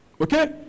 okay